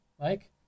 Mike